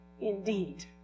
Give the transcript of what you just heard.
indeed